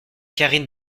karine